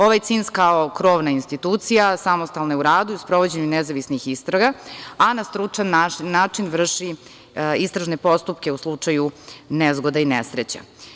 Ovaj CINS kao krovna institucija samostalna je u radu, sprovođenju nezavisnih istraga, a na stručan način vrši istražne postupke u slučaju nezgoda i nesreća.